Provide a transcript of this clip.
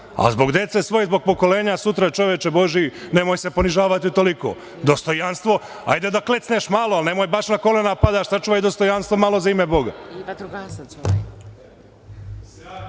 zbog dece svoje, zbog pokolenja sutra, čoveče Božiji, nemoj se ponižavati toliko. Dostojanstvo, hajde da klecneš malo, ali nemoj baš na kolena da padaš, sačuvaj dostojanstvo malo za ime Boga.